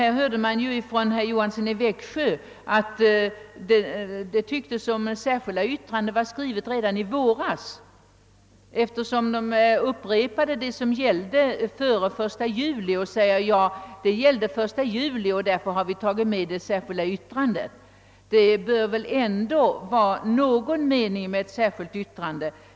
Här hörde vi dessutom av herr Johansson i Växjö att det tycktes som om detta särskilda yttrande var skrivet redan i våras, eftersom däri upprepades vad som gällde före den 1 juli i år. Herr Johansson sade, att det gällde före den 1 juli, och därför har det tagits med i yttrandet. Men det bör väl vara någon mening med ett särskilt yttrande!